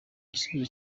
igisubizo